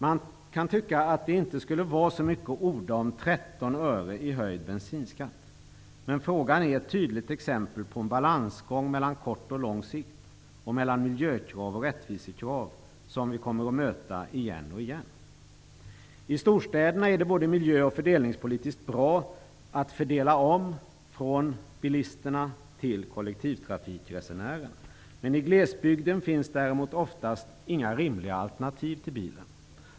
Man kan tycka att 13 öre i höjd bensinskatt inte skulle vara så mycket att orda om, men frågan är ett tydligt exempel på en balansgång mellan kort och lång sikt och mellan miljökrav och rättvisekrav, som vi kommer att möta igen och igen. I storstäderna är det både miljö och fördelningspolitiskt bra att fördela om från bilisterna till kollektivtrafikresenärerna. I glesbygden finns däremot oftast inga rimliga alternativ till bilen.